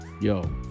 Yo